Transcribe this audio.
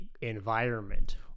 environment